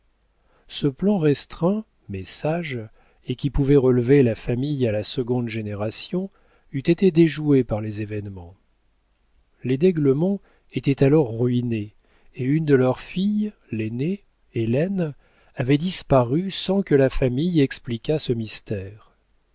ce plan restreint mais sage et qui pouvait relever la famille à la seconde génération eût été déjoué par les événements les d'aiglemont étaient alors ruinés et une de leurs filles l'aînée hélène avait disparu sans que la famille expliquât ce mystère